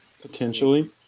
potentially